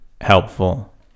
helpful